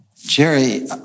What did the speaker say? Jerry